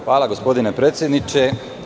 Hvala gospodine predsedniče.